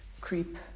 creep